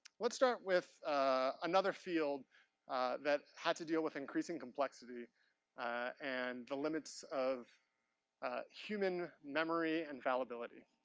let's start with another field that had to deal with increasing complexity and the limits of human memory and fallibility.